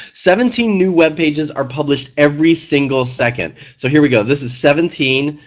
seventeen new web pages are published every single second, so here we go this is seventeen,